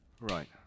Right